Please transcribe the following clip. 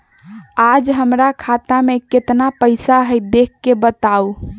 आज हमरा खाता में केतना पैसा हई देख के बताउ?